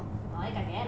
well I got get her